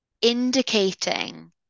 indicating